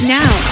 now